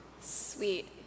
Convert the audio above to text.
Sweet